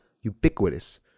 ubiquitous